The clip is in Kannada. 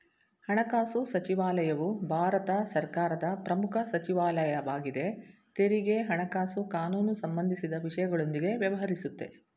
ಹಣಕಾಸು ಸಚಿವಾಲಯವು ಭಾರತ ಸರ್ಕಾರದ ಪ್ರಮುಖ ಸಚಿವಾಲಯವಾಗಿದೆ ತೆರಿಗೆ ಹಣಕಾಸು ಕಾನೂನು ಸಂಬಂಧಿಸಿದ ವಿಷಯಗಳೊಂದಿಗೆ ವ್ಯವಹರಿಸುತ್ತೆ